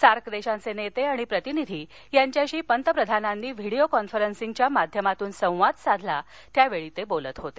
SAARC देशांचे नेते आणि प्रतिनिधी यांच्याशी पंतप्रधानांनी व्हिडीओ कॉन्फरन्सिंगच्या माध्यमातून संवाद साधला त्यावेळी ते बोलत होते